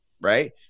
right